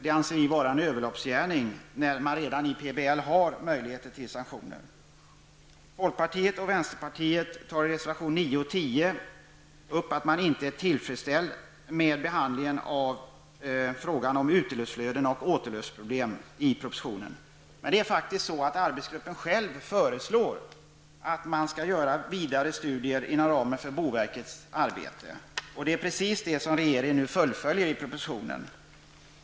Det anser vi vara en överloppsgärning, eftersom PBL redan medger möjligheter till sanktioner. Folkpartiet och vänsterpartiet säger i reservationerna 9 resp. 10 att man inte är tillfredsställd med behandlingen av frågan om utluftsflöden och återluftsproblemen. Det är faktiskt så att arbetsgruppen själv har föreslagit att man skall göra vidare studier inom ramen för boverkets arbete. Detta fullföljer regeringen nu i propositionen.